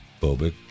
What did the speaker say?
phobic